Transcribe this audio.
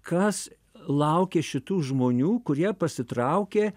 kas laukia šitų žmonių kurie pasitraukė